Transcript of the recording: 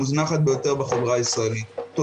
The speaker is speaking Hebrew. שאין מיסוי על סיגריות אלקטרוניות במדינת ישראל כרגע,